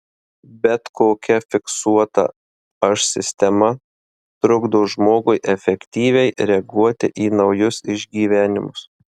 bet kokia fiksuota aš sistema trukdo žmogui efektyviai reaguoti į naujus išgyvenimus